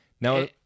Now